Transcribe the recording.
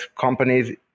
companies